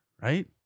right